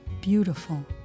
Beautiful